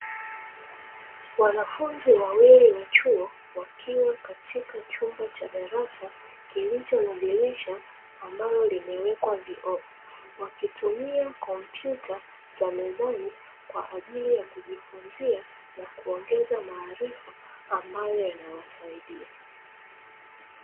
Wanafunzi wawili wa chuo , akiwa katika chumba cha darasa, kilicho na dirisha ambalo limewekwa vioo, wakitumia kompyuta za mezani kwa ajili ya kujifunzia na kuongeza maarifa ambayo yanawasaidia.